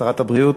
שרת הבריאות,